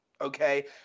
okay